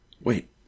wait